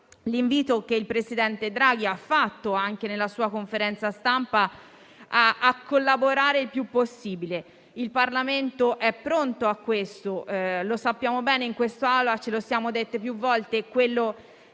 l'invito che il presidente Draghi ha rivolto, anche nella sua conferenza stampa, per collaborare il più possibile. Il Parlamento è pronto a questo, lo sappiamo bene in quest'Aula e ce lo siamo detti più volte: